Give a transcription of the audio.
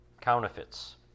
counterfeits